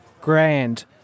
grand